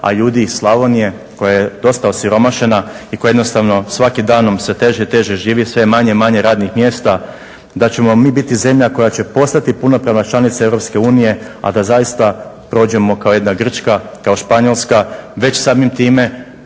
i ljudi iz Slavonije koja je dosta osiromašena i koja jednostavno svakim danom sve teže i teže živi, sve je manje i manje radnih mjesta, da ćemo mi biti zemlja koja će postati punopravna članica Europske unije, a da zaista prođemo kao jedna Grčka, kao Španjolska. Već samim time